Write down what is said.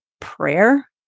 prayer